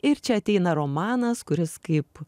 ir čia ateina romanas kuris kaip